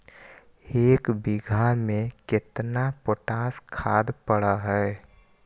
एक बिघा में केतना पोटास खाद पड़ है?